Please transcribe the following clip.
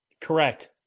Correct